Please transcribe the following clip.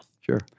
Sure